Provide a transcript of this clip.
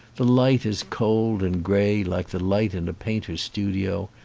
the light is cold and grey like the light in a painter's studio,